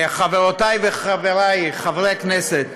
חברותי וחברי חברי הכנסת,